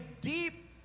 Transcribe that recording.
deep